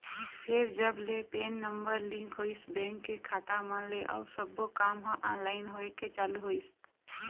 फेर जब ले पेन नंबर लिंक होइस बेंक के खाता मन ले अउ सब्बो काम ह ऑनलाइन होय के चालू होइस